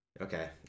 Okay